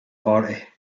party